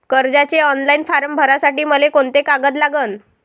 कर्जाचे online form भरासाठी मले कोंते कागद लागन?